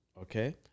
okay